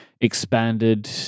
expanded